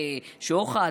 בשוחד,